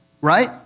right